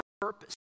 purpose